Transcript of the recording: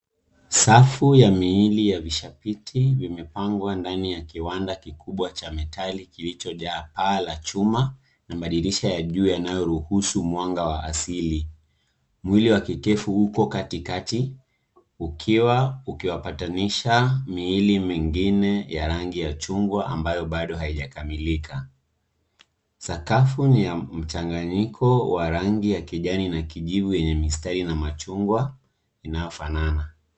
Safu ya miili ya vishapiti vimepangwa ndani ya kiwanda kikubwa cha metali kilichojaa paa la chuma na madirisha ya juu yanayoruhusu mwanga wa asili. Mwili wa kikefu uko katikati, ukiwa ukiwapatanisha miili mingine ya rangi ya chungwa ambayo bado haijakamilika. Sakafu ni ya mchanganyiko wa rangi ya kijani na kijivu yenye mistari na machungwa inayofanana.